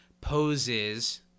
poses